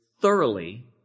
thoroughly